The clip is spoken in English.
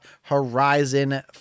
Horizon